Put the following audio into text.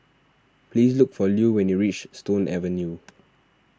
please look for Lue when you reach Stone Avenue